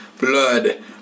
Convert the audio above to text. blood